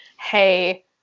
hey